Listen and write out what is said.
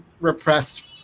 repressed